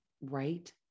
right